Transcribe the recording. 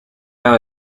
now